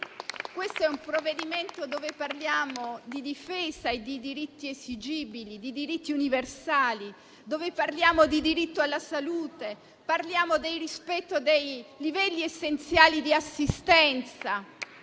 Questo è un provvedimento dove parliamo di difesa e di diritti esigibili, di diritti universali, dove parliamo di diritto alla salute, parliamo del rispetto dei livelli essenziali di assistenza.